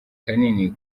kanini